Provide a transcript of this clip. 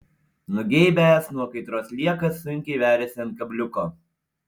nugeibęs nuo kaitros sliekas sunkiai veriasi ant kabliuko